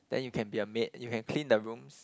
then you can be a maid you can clean the rooms